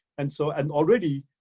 and so, and already,